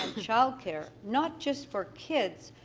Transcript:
child care, not just for kids,